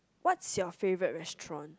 what's your favourite restaurant